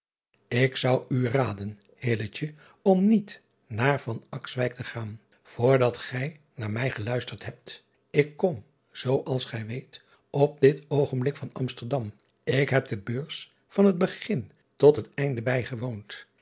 k zou u raden om niet naar te gaan voor dat gij naar driaan oosjes zn et leven van illegonda uisman mij geluisterd hebt k kom zoo als gij weet op dit oogenblik van msterdam k heb de eurs van het begin tot het einde bijgewoond